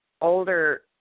older